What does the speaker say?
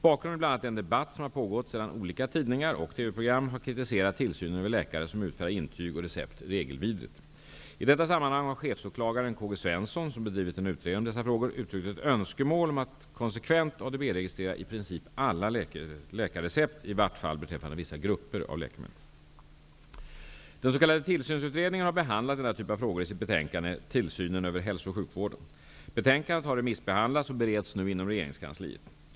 Bakgrunden är bl.a. den debatt som har pågått sedan olika tidningar och TV-program har kritiserat tillsynen över läkare som utfärdar intyg och recept regelvidrigt. I detta sammanhang har chefsåklagaren K. G. Svensson, som bedrivit en utredning om dessa frågor, uttryckt ett önskemål om att konsekvent ADB-registrera i princip alla läkarrecept, i vart fall beträffande vissa grupper av läkemedel. Den s.k. Tillsynsutredningen har behandlat denna typ av frågor i sitt betänkande Tillsynen över hälsooch sjukvården. Betänkandet har remissbehandlats och bereds nu inom regeringskansliet.